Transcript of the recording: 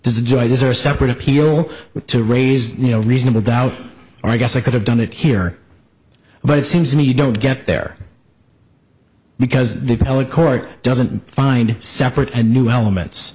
a joy these are separate appeal to raise you know reasonable doubt or i guess i could have done that here but it seems to me you don't get there because the l a court doesn't find separate and new elements